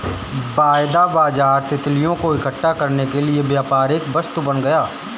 वायदा बाजार तितलियों को इकट्ठा करने के लिए व्यापारिक वस्तु बन गया